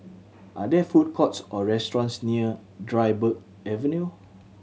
are there food courts or restaurants near Dryburgh Avenue